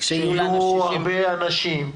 -- כשיהיו לנו 60. -- כשיהיו הרבה אנשים,